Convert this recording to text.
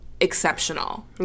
exceptional